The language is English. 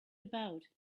about